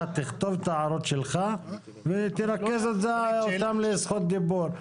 שתכתוב את ההערות שלך ותרכז אותן לזכות דיבור.